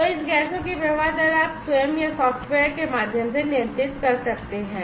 तो इस गैसों की प्रवाह दर आप स्वयं या सॉफ्टवेयर के माध्यम से नियंत्रित कर सकते हैं